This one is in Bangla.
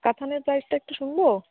কাতানের প্রাইসটা একটু শুনবো